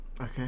Okay